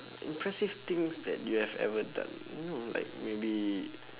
impressive things that you have ever done you know like maybe